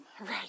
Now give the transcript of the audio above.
Right